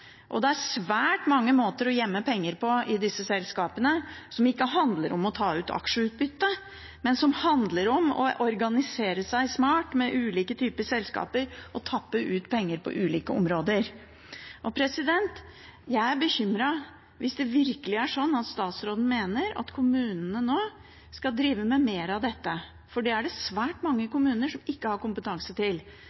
det. Det er svært mange måter å gjemme penger på i disse selskapene som ikke handler om å ta ut aksjeutbytte, men som handler om å organisere seg smart, med ulike typer selskaper, og tappe ut penger på ulike områder. Og jeg er bekymret hvis det virkelig er slik at statsråden mener at kommunene nå skal drive med mer av dette, for det er det svært mange